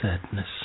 sadness